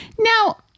Now